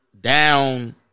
down